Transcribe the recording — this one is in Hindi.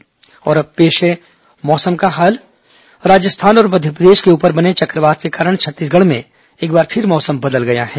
मौसम और अब पेश है मौसम का हाल राजस्थान और मध्यप्रदेश के ऊपर बने चक्रवात के कारण छत्तीसगढ़ में एक बार फिर मौसम बदल गया है